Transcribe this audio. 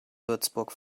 würzburg